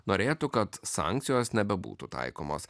norėtų kad sankcijos nebebūtų taikomos